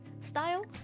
style